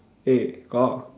eh kor